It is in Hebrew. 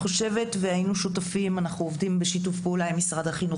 אנחנו עובדים בשיתוף פעולה עם משרד החינוך,